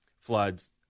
floods